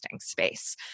space